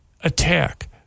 attack